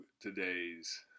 today's